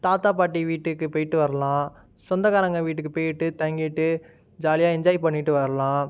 தாத்தா பாட்டி வீட்டுக்கு போய்விட்டு வரலாம் சொந்தகாரங்க வீட்டுக்கு போய்விட்டு தங்கிவிட்டு ஜாலியாக என்ஜாய் பண்ணிவிட்டு வரலாம்